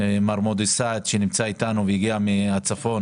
מר מועדאד סעד שנמצא אתנו והגיע מהצפון.